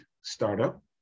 startup